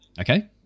okay